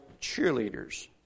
cheerleaders